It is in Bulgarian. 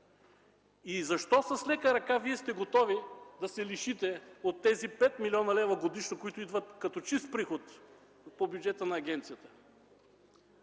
Защо с лека ръка сте готови да се лишите от тези 5 млн. лева годишно, които идват като чист приход по бюджета на агенцията?